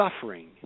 suffering